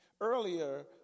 Earlier